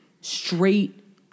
straight